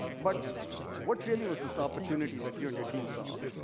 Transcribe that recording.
but what really was this opportunity that you and your team saw?